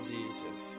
Jesus